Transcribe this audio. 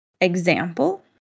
example